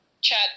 chat